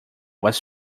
was